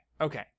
Okay